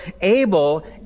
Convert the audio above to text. Abel